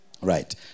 Right